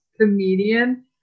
comedian